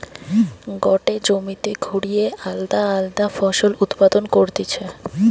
গটে জমিতে ঘুরিয়ে আলদা আলদা ফসল উৎপাদন করতিছে